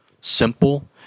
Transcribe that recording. simple